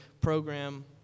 program